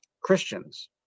Christians